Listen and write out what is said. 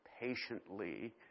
patiently